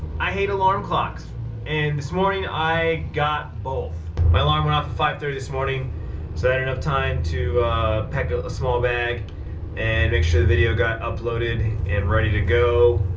i hate alarm clocks and this morning i got both. my alarm went off at five thirty this morning, so i had enough time to pack a small bag and make sure the video got uploaded and ready to go